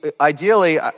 ideally